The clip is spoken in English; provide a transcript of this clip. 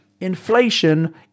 inflation